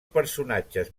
personatges